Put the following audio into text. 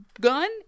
gun